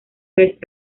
pez